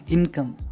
Income